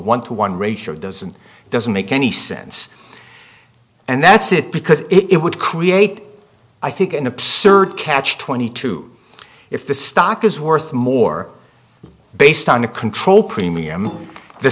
one to one ratio does and doesn't make any sense and that's it because it would create i think an absurd catch twenty two if the stock is worth more based on the control premium the